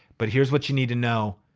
but here's what you need to know,